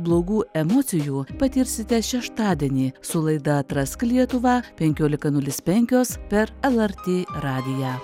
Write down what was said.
blogų emocijų patirsite šeštadienį su laida atrask lietuvą penkiolika nulis penkios per lrt radiją